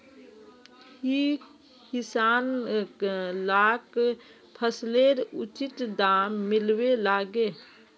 की किसान लाक फसलेर उचित दाम मिलबे लगे?